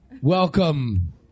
Welcome